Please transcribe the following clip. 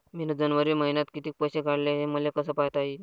मिन जनवरी मईन्यात कितीक पैसे काढले, हे मले कस पायता येईन?